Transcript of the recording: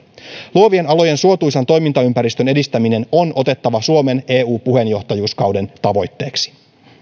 luovien alojen suotuisan toimintaympäristön edistäminen on otettava suomen eu puheenjohtajuuskauden tavoitteeksi